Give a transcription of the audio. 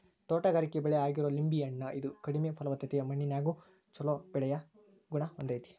ತೋಟಗಾರಿಕೆ ಬೆಳೆ ಆಗಿರೋ ಲಿಂಬೆ ಹಣ್ಣ, ಇದು ಕಡಿಮೆ ಫಲವತ್ತತೆಯ ಮಣ್ಣಿನ್ಯಾಗು ಚೊಲೋ ಬೆಳಿಯೋ ಗುಣ ಹೊಂದೇತಿ